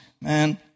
Man